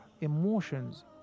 emotions